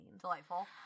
Delightful